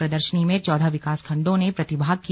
प्रदर्शनी में चौदह विकासखण्डों ने प्रतिभाग किया